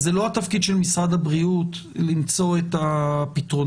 זה לא התפקיד של משרד הבריאות למצוא את הפתרונות.